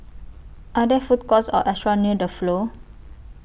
Are There Food Courts Or restaurants near The Flow